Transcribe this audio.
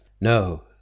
No